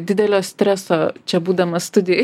didelio streso čia būdamas studijoj